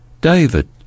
David